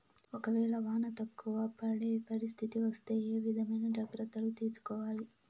ఒక వేళ వాన తక్కువ పడే పరిస్థితి వస్తే ఏ విధమైన జాగ్రత్తలు తీసుకోవాలి?